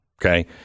Okay